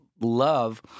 love